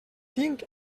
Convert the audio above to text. tinc